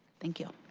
thank you.